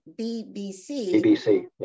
BBC